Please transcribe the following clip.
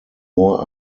more